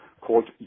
called